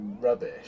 rubbish